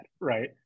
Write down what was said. right